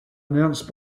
announced